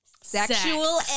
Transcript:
sexual